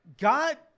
God